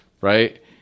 Right